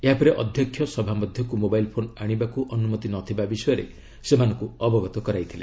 ଏହାପରେ ଅଧ୍ୟକ୍ଷ ସଭାମଧ୍ୟକୁ ମୋବାଇଲ୍ ଫୋନ୍ ଆଶିବାକୁ ଅନୁମତି ନଥିବା ବିଷୟରେ ସେମାନଙ୍କୁ ଅବଗତ କରାଇଥିଲେ